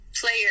player